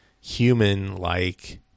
human-like